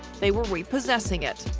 they were repossessing it.